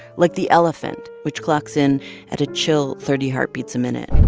like the elephant, which clocks in at a chill thirty heartbeats a minute